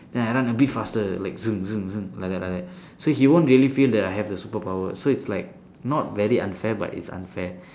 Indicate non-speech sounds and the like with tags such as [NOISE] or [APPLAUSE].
then I run a bit faster like [NOISE] like that like that so he won't really feel that I have the superpower so it's like not very unfair but it's unfair